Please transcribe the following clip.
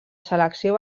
selecció